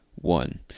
One